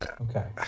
Okay